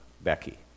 Becky